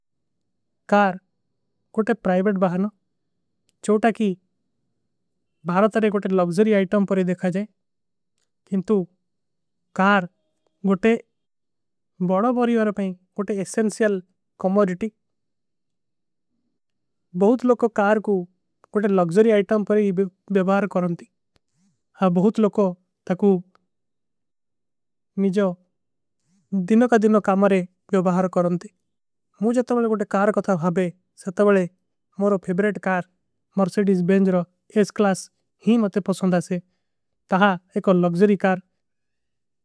କାର କୋଟେ ପ୍ରାଇବେଟ ବହାନ ଚୋଟା କୀ ଭାରତାରେ କୋଟେ ଲକ୍ଜରୀ। ଆଇଟମ ପରେ ଦେଖା ଜାଏଂ କିନ୍ଟୁ କାର ଗୋଟେ ବଡୋ ବଡୀ ଵାରେ ପେଂଗ। କୋଟେ ଏସେଂସ୍ଯଲ କମୋଡିଟୀ ବହୁତ ଲୋଗୋଂ କାର କୋଟେ ଲକ୍ଜରୀ। ଆଇଟମ ପରେ ଵିଵାର କରୋଂତୀ ମୁଝେ ତବଲେ କୋଟେ କାର କୋଟେ। ଭାବେ ସବ ତବଲେ ମୁରୋ ଫେବରେଟ କାର ମର୍ସେଟୀଜ ବେଂଜରୋ ଏସ। କ୍ଲାସ ହୀ ମତେ ପସଂଦାସେ ତହାଁ ଏକ ଲକ୍ଜରୀ କାର।